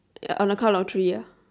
on the count of three ah